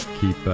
Keep